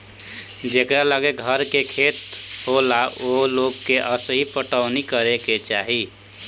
जेकरा लगे घर के खेत होला ओ लोग के असही पटवनी करे के चाही